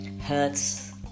hurts